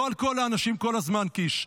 לא על כל האנשים כל הזמן, קיש.